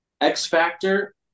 X-Factor